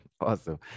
Awesome